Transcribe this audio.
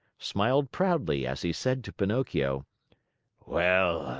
smiled proudly as he said to pinocchio well,